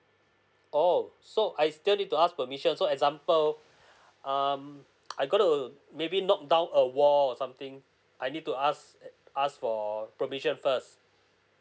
oh so I still need to ask permission so example um I gonna maybe knock down a wall or something I need to ask ask for permission first